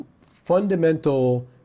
fundamental